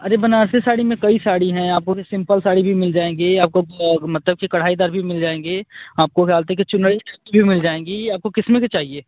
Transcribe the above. अरे बनारसी साड़ी में कई साड़ी हैं आप बोलिए सिंपल साड़ी भी मिल जाएँगी आपको मतलब कढ़ाईदार भी मिल जाएंगी आपको क्या बोलते हैं चुनरी वाली भी मिल जाएंगी आपको बताइए किस में की चाहिए